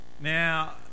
Now